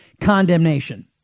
condemnation